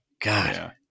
God